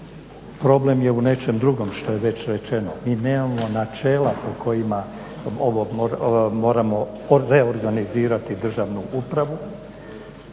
Problem je u nečem drugom što je već rečeno. Mi nemamo načela po kojima ovo moramo reorganizirati državnu upravu